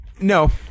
No